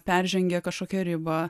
peržengė kažkokią ribą